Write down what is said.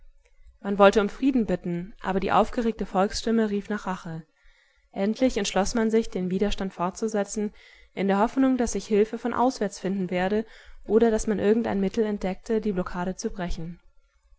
man wollte um frieden bitten aber die aufgeregte volksstimme rief nach rache endlich entschloß man sich den widerstand fortzusetzen in der hoffnung daß sich hilfe von auswärts finden werde oder daß man irgendein mittel entdecke die blockade zu brechen